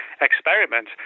experiment